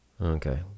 Okay